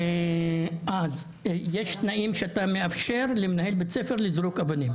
אז יש תנאים שאתה מאפשר למנהל בית ספר לזרוק אבנים,